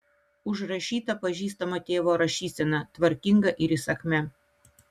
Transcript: užrašyta pažįstama tėvo rašysena tvarkinga ir įsakmia